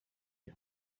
you